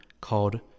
called